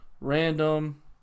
random